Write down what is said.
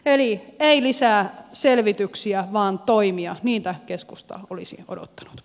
eli ei lisää selvityksiä vaan toimia niitä keskusta olisi odottanut